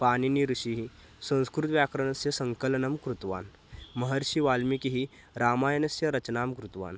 पाणिनि ऋषिः संस्कृतव्याकरणस्य सङ्कलनं कृतवान् महर्षिवाल्मिकिः रामायणस्य रचनां कृतवान्